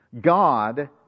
God